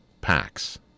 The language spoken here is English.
packs